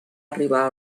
arribar